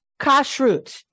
Kashrut